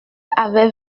avait